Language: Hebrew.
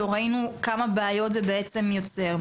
ראינו כמה בעיות זה יוצר.